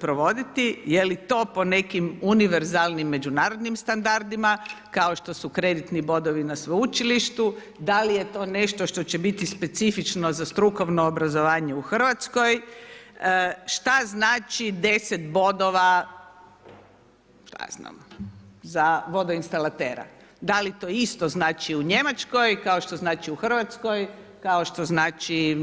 provoditi, je li to po nekim univerzalnim međunarodnim standardima kao što su kreditni bodovi na sveučilištu, da li je to nešto što će biti specifično za strukovno obrazovanje u Hrvatskoj, šta znači 10 bodova za vodoinstalatera, da li to isto znači i u Njemačkoj kao što znači u Hrvatskoj, kao što znači